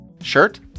Shirt